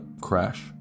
crash